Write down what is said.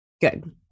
Good